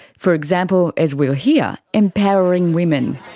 for example, as we'll hear, empowering women.